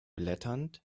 blätternd